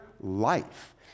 life